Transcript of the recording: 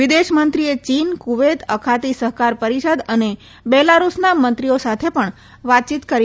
વિદેશમંત્રીએ ચીન કુવૈત અખાતી સહકાર પરિષદ અને બેલાડુસના મંત્રીઓ સાથે પણ વાતચીત કરી હતી